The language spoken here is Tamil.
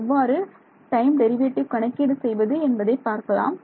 எவ்வாறு டைம் டெரிவேட்டிவ் கணக்கீடு செய்வது என்பதை பார்க்கலாம்